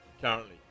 currently